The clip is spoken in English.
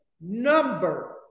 number